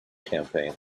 campaign